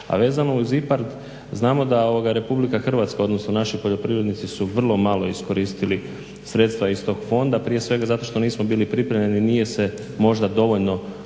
A vezano uz IPARD znamo da ovoga Republika Hrvatska odnosno naši poljoprivrednici su vrlo malo iskoristili sredstva iz tog fonda, prije svega zato što nismo bili pripremljeni. Nije se možda dovoljno odradilo